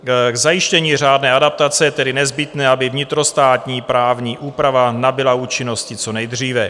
K zajištění řádné adaptace je tedy nezbytné, aby vnitrostátní právní úprava nabyla účinnosti co nejdříve.